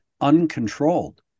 uncontrolled